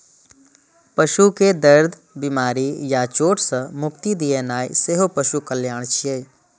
पशु कें दर्द, बीमारी या चोट सं मुक्ति दियेनाइ सेहो पशु कल्याण छियै